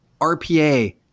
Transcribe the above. RPA